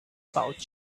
pouch